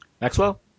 Maxwell